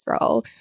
role